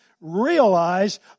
realize